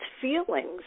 feelings